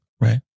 Right